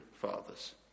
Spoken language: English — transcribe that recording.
fathers